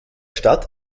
stadt